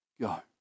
go